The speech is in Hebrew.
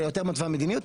יותר מתווה מדיניות,